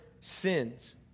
sins